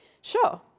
sure